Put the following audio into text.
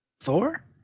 Thor